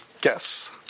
guess